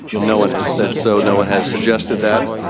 no one has said so no one has suggested that